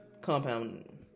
compound